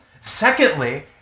Secondly